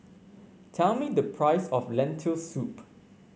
tell me the price of Lentil Soup